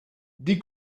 die